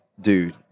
dude